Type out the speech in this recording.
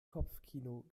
kopfkino